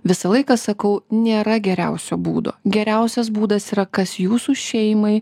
visą laiką sakau nėra geriausio būdo geriausias būdas yra kas jūsų šeimai